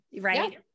Right